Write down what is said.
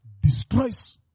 destroys